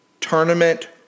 tournament